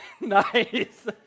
nice